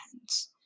hands